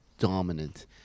dominant